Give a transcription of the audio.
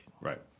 Right